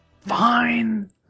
Fine